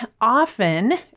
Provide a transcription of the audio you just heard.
often